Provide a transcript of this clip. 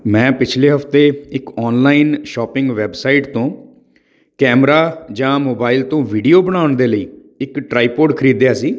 ਮੈਂ ਪਿਛਲੇ ਹਫ਼ਤੇ ਇੱਕ ਔਨਲਾਈਨ ਸ਼ੋਪਿੰਗ ਵੈਬਸਾਈਟ ਤੋਂ ਕੈਮਰਾ ਜਾਂ ਮੋਬਾਇਲ ਤੋਂ ਵੀਡੀਓ ਬਣਾਉਣ ਦੇ ਲਈ ਇੱਕ ਟਰਾਈਪੋਡ ਖਰੀਦਿਆ ਸੀ